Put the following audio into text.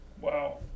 Wow